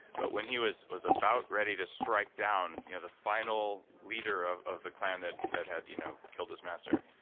but when he was was about ready to strike down you know the final leader of of the clan that that had you know killed his master